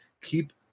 Keep